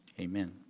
Amen